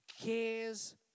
Cares